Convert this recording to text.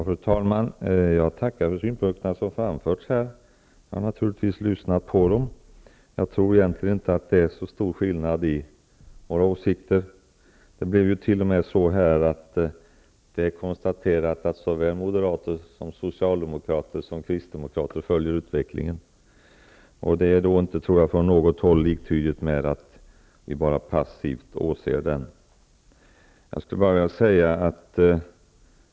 Fru talman! Jag tackar för de synpunkter som har framförts. Jag har naturligtvis lyssnat till dem. Jag tror egentligen inte att det är så stor skillnad på våra åsikter. Det blev t.o.m. konstaterat att såväl moderater som socialdemokrater och kristdemokrater följer utvecklingen. Det är inte liktydigt med att man från något håll bara passivt åser den.